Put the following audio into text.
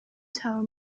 told